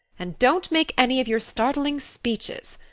and don't make any of your startling speeches.